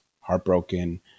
heartbroken